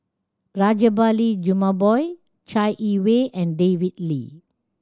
Rajabali Jumabhoy Chai Yee Wei and David Lee